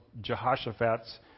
Jehoshaphat's